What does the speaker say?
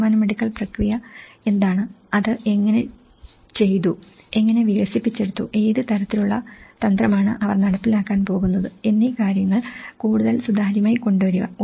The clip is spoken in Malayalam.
തീരുമാനമെടുക്കൽ പ്രക്രിയ എന്താണ് അത് എങ്ങനെ ചെയ്തു എങ്ങനെ വികസിപ്പിച്ചെടുത്തു ഏത് തരത്തിലുള്ള തന്ത്രമാണ് അവർ നടപ്പിലാക്കാൻ പോകുന്നത് എന്നീ കാര്യങ്ങൾ കൂടുതൽ സുതാര്യമായി കൊണ്ടുവരിക